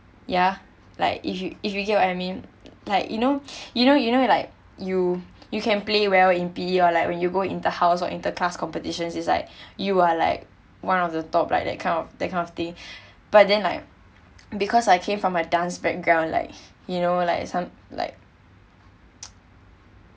ya like if you if you get what I mean like you know you know you know like you you can play well in P_E or like when you go inter house or inter-class competitions is like you are like one of the top like that kind of that kind of thing but then like because I came from a dance background like you know like some like